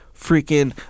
freaking